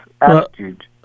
attitude